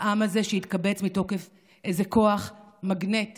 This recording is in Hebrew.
העם הזה שהתקבץ מתוקף איזה כוח מגנטי,